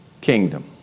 kingdom